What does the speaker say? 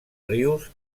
rius